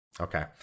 Okay